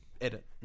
edit